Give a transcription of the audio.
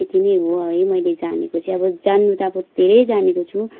यत्ति नै हो है मैले जानेको चाहिँ अब जान्नु त अब धेरै जानेको छु